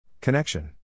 Connection